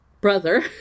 brother